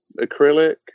acrylic